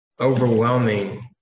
overwhelming